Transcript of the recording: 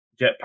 Jetpack